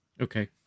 okay